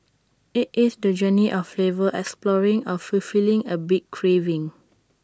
IT is the journey of flavor exploring or fulfilling A big craving